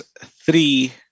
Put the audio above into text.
three